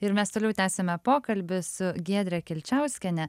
ir mes toliau tęsiame pokalbį su giedre kilčiauskiene